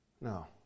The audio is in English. No